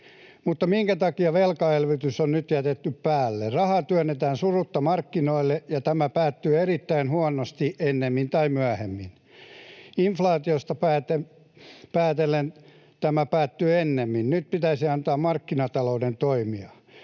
Mutta minkä takia velkaelvytys on nyt jätetty päälle? Rahaa työnnetään surutta markkinoille, ja tämä päättyy erittäin huonosti ennemmin tai myöhemmin. Inflaatiosta päätellen tämä päättyy ennemmin. Nyt pitäisi antaa markkinatalouden toimia.